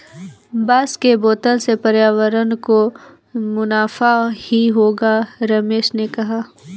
बांस के बोतल से पर्यावरण को मुनाफा ही होगा रमेश ने कहा